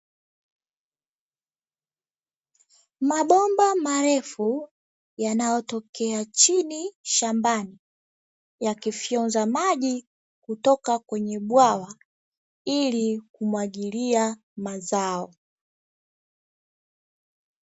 Mabomba marefu yanayotokea chini shambani yakifyonza maji kutoka kwenye bwawa ili kumwagilia mazao.